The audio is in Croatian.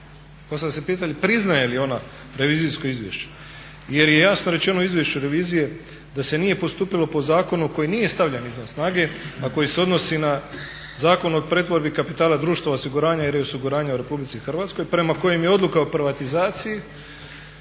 Postavlja se pitanje priznaje li ona revizijsko izvješće jer je jasno rečeno u izvješću revizije da se nije postupilo po zakonu koji nije stavljen izvan snage, a koji se odnosi na Zakon o pretvorbi kapitala društva osiguranja i reosiguranja u Republici Hrvatskoj prema kojem je odluka o privatizaciji